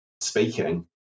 speaking